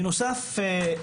בנוסף,